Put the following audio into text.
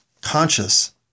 conscious